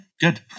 good